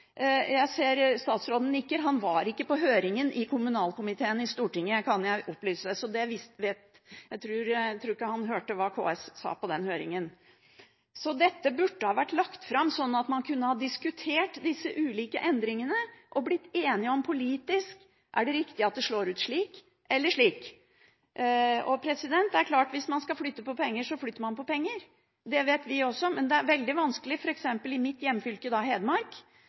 Jeg ser at statsråden nikker. Han var ikke på høringen i kommunalkomiteen i Stortinget, kan jeg opplyse. Så jeg tror ikke han hørte hva KS sa på den høringen. Dette burde vært lagt fram, slik at man kunne diskutert de ulike endringene og blitt enige politisk om det er riktig at det slår ut slik eller slik. Det er klart at hvis man skal flytte på penger, så flytter man på penger. Det vet vi også. Men det er vanskelig f.eks. for mitt hjemfylke, Hedmark,